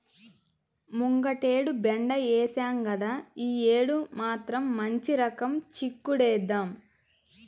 ముంగటేడు బెండ ఏశాం గదా, యీ యేడు మాత్రం మంచి రకం చిక్కుడేద్దాం